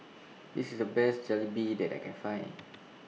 This IS The Best Jalebi that I Can Find